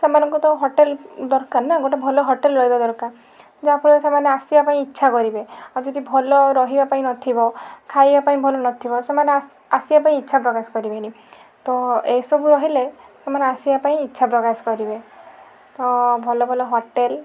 ସେମାନଙ୍କୁ ତ ହୋଟେଲ ଦରକାର ନା ଗୋଟେ ଭଲ ହୋଟେଲ ରହିବା ଦରକାର ଯାହାଫଳରେ ସେମାନେ ଆସିବା ପାଇଁ ଇଚ୍ଛା କରିବେ ଆଉ ଯଦି ଭଲ ରହିବା ପାଇଁ ନଥିବ ଖାଇବା ପାଇଁ ଭଲ ନଥିବ ସେମାନେ ଆସିବା ପାଇଁ ଇଚ୍ଛା ପ୍ରକାଶ କରିବେନି ତ ଏହିସବୁ ରହିଲେ ସେମାନେ ଆସିବା ପାଇଁ ଇଚ୍ଛା ପ୍ରକାଶ କରିବେ ତ ଭଲ ଭଲ ହୋଟେଲ